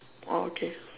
orh okay